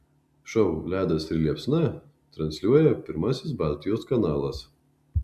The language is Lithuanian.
šou ledas ir liepsna transliuoja pirmasis baltijos kanalas